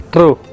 True